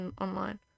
online